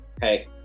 hey